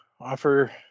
offer